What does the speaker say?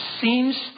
seems